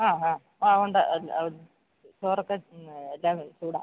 ആ ഹാ ആ ഉണ്ട് ചോറൊക്കെ എല്ലാം ചൂടാണ്